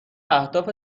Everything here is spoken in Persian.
اهداف